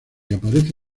aparece